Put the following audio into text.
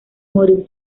morir